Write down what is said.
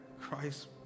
Christ